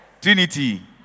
Trinity